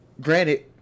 Granted